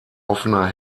offener